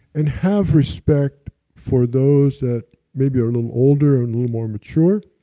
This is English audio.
and have respect for those that maybe are a little older, a and little more mature.